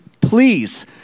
please